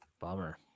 Bummer